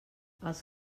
els